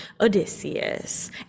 Odysseus